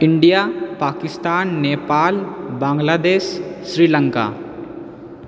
India Pakistan Nepal Bangladesh Sri Lanka